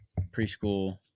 preschool